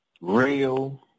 real